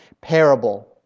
Parable